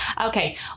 Okay